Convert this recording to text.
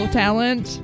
talent